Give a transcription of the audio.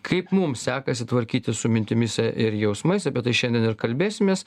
kaip mum sekasi tvarkytis su mintimis ir jausmais apie tai šiandien ir kalbėsimės